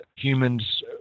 humans